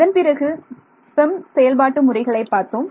அதன் பிறகு FEM செயல்பாட்டு முறைகளைப் பார்த்தோம்